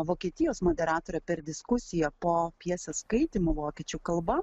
vokietijos moderatorė per diskusiją po pjesės skaitymo vokiečių kalba